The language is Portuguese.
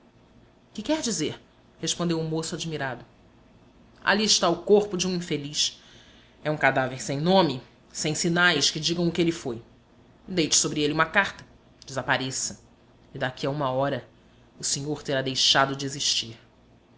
que quer dizer perguntou o moço admirado ali está o corpo de um infeliz é um cadáver sem nome sem sinais que digam o que ele foi deite sobre ele uma carta desapareça e daqui a uma hora o senhor terá deixado